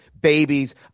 babies